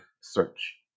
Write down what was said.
search